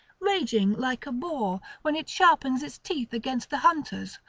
raging like a boar, when it sharpens its teeth against the hunters,